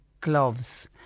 gloves